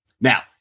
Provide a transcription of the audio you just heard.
Now